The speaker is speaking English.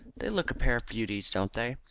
they look a pair of beauties, don't they?